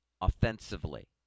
offensively